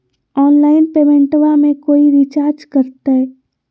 Online पेमेंटबां मे कोइ चार्ज कटते?